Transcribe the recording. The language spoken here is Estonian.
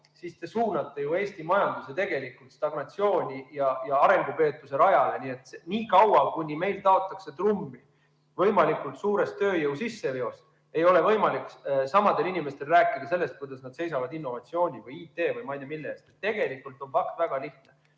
siis te suunate ju Eesti majanduse tegelikult stagnatsiooni ja arengupeetuse rajale. Niikaua, kuni meil taotakse trummi võimalikult suurest tööjõu sisseveost, ei ole samadel inimestel võimalik rääkida sellest, kuidas nad seisavad innovatsiooni või IT või ma ei tea mille eest. Tegelikult on fakt väga lihtne: